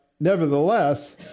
Nevertheless